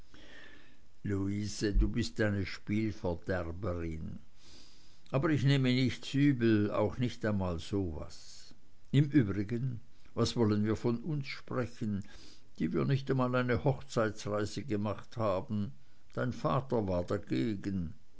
luise du bist eine spielverderberin aber ich nehme nichts übel auch nicht einmal so was im übrigen was wollen wir von uns sprechen die wir nicht einmal eine hochzeitsreise gemacht haben dein vater war dagegen